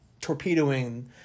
torpedoing